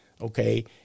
okay